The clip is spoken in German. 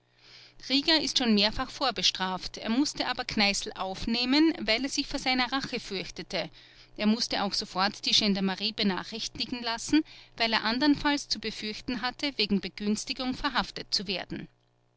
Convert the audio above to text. rieger ist schon mehrfach vorbestraft er mußte aber kneißl aufnehmen weil er sich vor seiner rache fürchtete er mußte auch sofort die gendarmerie benachrichtigen lassen weil er anderenfalls zu befürchten hatte wegen begünstigung verhaftet zu werden